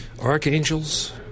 archangels